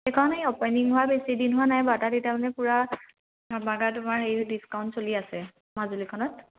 সেইকাৰণে এই অপেনিং হোৱা বেছি দিন হোৱা নাই বাৰু তাত তেতিয়া মানে পূৰা ধামাকা তোমাৰ সেই ডিছকাউণ্ট চলি আছে মাজুলীখনত